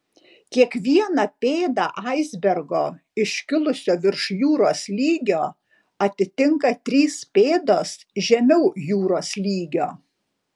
kiekvieną pėdą aisbergo iškilusio virš jūros lygio atitinka trys pėdos žemiau jūros lygio